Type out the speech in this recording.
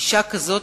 אשה כזאת,